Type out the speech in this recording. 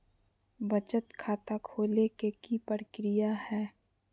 बचत खाता खोले के कि प्रक्रिया है?